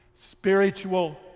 Spiritual